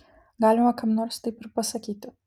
galima kam nors taip ir pasakyti